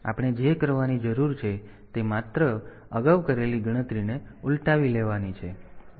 તેથી આપણે જે કરવાની જરૂર છે તે માત્ર આપણે અગાઉ કરેલી ગણતરીને ઉલટાવી લેવાની છે